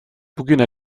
bugüne